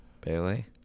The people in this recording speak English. Bailey